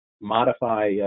modify